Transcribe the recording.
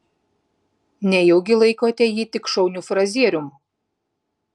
nejaugi laikote jį tik šauniu frazierium